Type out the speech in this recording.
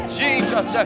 jesus